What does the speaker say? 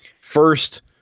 first